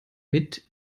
mit